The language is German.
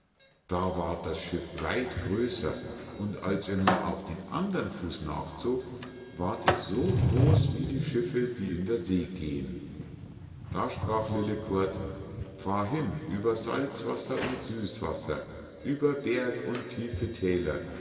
da ward das schiff weit größer und als er nun auch den andern fuß nachzog ward es so groß wie die schiffe die in der see gehen da sprach lillekort fahr hin über salzwasser und süßwasser über berg und tiefe thäler